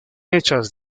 hechas